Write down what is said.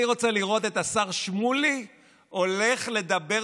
אני רוצה לראות את השר שמולי הולך לדבר